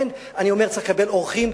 אני אומר שצריך לקבל אורחים.